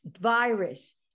virus